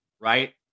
right